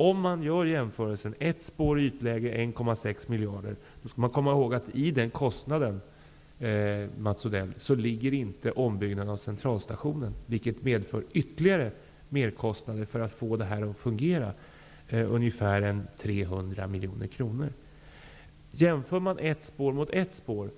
Om man gör jämförelsen med att ett spår i ytläge kostar 1,6 miljarder kronor, skall man komma ihåg, Mats Odell, att i den kostnaden ingår inte ombyggnaden av Centralstationen, vilket medför ytterligare merkostnader för att få detta att fungera, ungefär 300 miljoner kronor. Om man jämför ett spår med ett spår,